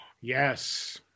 Yes